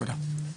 תודה.